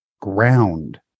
ground